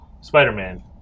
Spider-Man